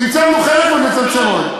צמצמנו חלק, ועוד נצמצם עוד.